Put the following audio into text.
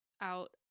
out